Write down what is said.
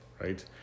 Right